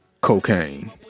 cocaine